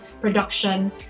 production